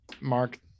mark